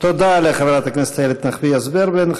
תודה לחברת הכנסת איילת נחמיאס ורבין.